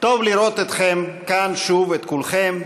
טוב לראות אתכם כאן שוב, את כולכם,